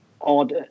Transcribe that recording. odd